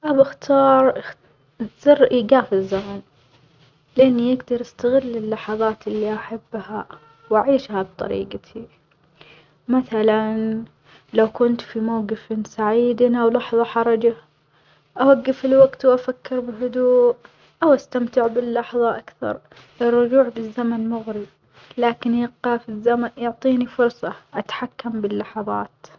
أبي أختار إخ زر إيجاف الزمن لأني أجدر أستغل اللحظات اللي أحبها وأعيشها بطريجتي، مثلًا لو كنت في موجف سعيد أو لحظة حرجة أوجف الوجت وأفكر بهدووء أو أستمتع باللحظة أكثر، الرجوع بالزمن مغري لكن أيقاف الزمن يعطيني فرصة أتحكم باللحظات.